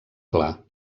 clar